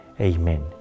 Amen